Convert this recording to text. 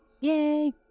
Yay